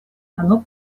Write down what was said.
оно